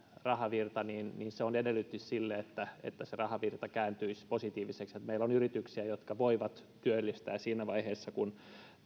rahavirta niin niin se on edellytys sille että että se rahavirta kääntyisi positiiviseksi että meillä on yrityksiä jotka voivat työllistää siinä vaiheessa kun